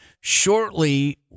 shortly